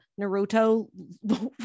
naruto